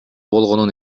болгонун